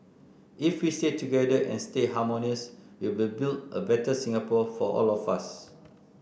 if we stay together and stay harmonious we will build a better Singapore for all of us